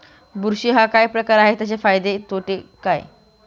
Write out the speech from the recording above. बुरशी हा काय प्रकार आहे, त्याचे फायदे तोटे काय?